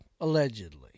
Allegedly